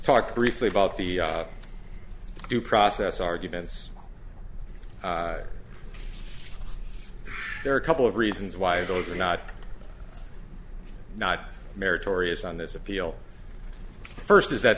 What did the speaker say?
talk briefly about the due process arguments there are a couple of reasons why those are not not meritorious on this appeal first is that